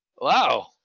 wow